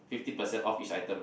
fifty percent off each item lah